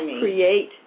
create